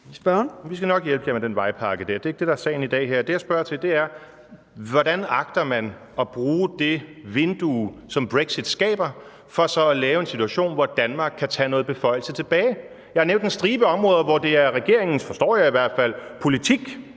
Vi skal nok hjælpe jer med den vejpakke. Det er ikke det, der er sagen i dag. Det, jeg spørger til, er: Hvordan agter man at bruge det vindue, som brexit skaber, for så at skabe en situation, hvor Danmark kan tage noget beføjelse tilbage? Jeg har nævnt en stribe områder, hvor det er regeringens – forstår jeg i hvert fald – politik,